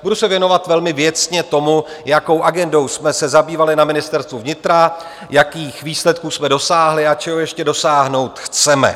Budu se věnovat velmi věcně tomu, jakou agendou jsme se zabývali na Ministerstvu vnitra, jakých výsledků jsme dosáhli a čeho ještě dosáhnout chceme.